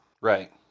Right